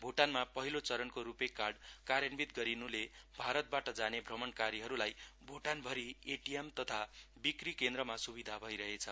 भूटानमा पहिलो चरणको RuPay card कार्यन्वित गरिनुले भारतबाट जाने भ्रमणकारीहरूलाई भूटान भरी एटीएम तथा बिक्री केन्द्रमा सुविधा भइरहेछ